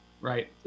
Right